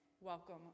Welcome